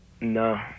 No